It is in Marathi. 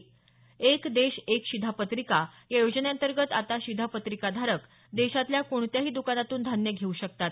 एक देश एक शिधापत्रिका योजनेअंतर्गत आता शिधापत्रिका धारक देशातल्या कोणत्याही दकानातून धान्य घेऊ शकतात